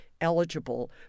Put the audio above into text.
eligible